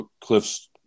Cliff's